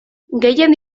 gehien